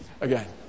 again